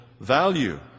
value